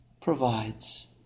provides